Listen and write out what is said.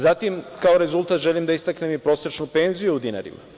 Zatim, kao rezultat želim da istaknem i prosečnu penziju u dinarima.